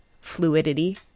fluidity